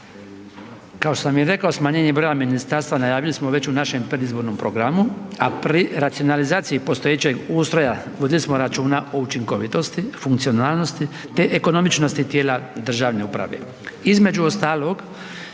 što sam i rekao smanjenje broja ministarstava najavili smo već u našem predizbornom programu, a pri racionalizaciji postojećeg ustroja vodili smo računa o učinkovitosti, funkcionalnosti, te ekonomičnosti tijela državne uprave.